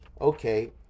Okay